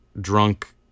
drunk